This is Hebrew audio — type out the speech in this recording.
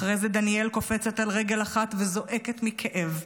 אחרי זה דניאל קופצת על רגל אחת וזועקת מכאב.